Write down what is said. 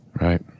Right